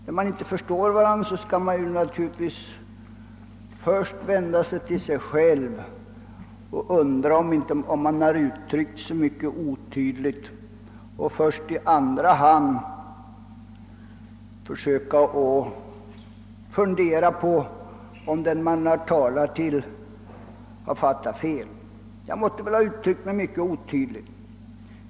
När man inte förstår sin motpart skall man naturligtvis i första hand vända sig till sig själv och fråga sig, om man uttryckt sig mycket otydligt, och först i andra hand fundera över om den man talat till har fattat fel. Jag måtte ha uttryckt mig mycket otydligt.